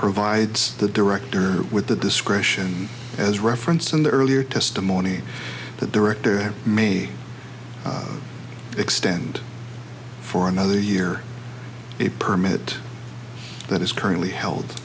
provides the director with the discretion as referenced in the earlier testimony the director may extend for another year a permit that is currently held